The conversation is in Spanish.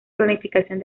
planificación